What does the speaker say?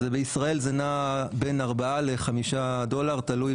אז בישראל זה נע בין ארבע לחמישה דולרים תלוי